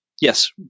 yes